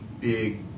big